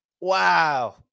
Wow